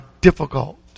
difficult